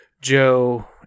Joe